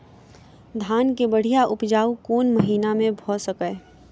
धान केँ बढ़िया उपजाउ कोण महीना मे भऽ सकैय?